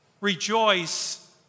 Rejoice